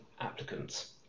applicants